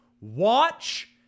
Watch